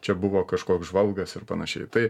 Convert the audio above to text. čia buvo kažkoks žvalgas ir panašiai tai